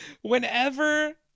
Whenever